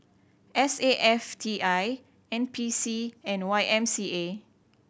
S A F T I N P C and Y M C A